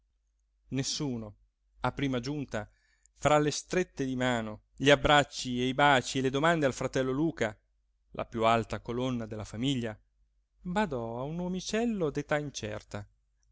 nessuno a prima giunta fra le strette di mano gli abbracci e i baci e le domande al fratello luca la piú alta colonna della famiglia badò a un omicello d'età incerta